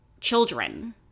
children